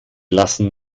lassen